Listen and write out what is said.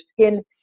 skin